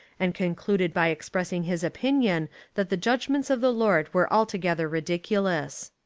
and con cluded by expressing his opinion that the judg ments of the lord were altogether ridiculous.